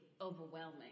overwhelming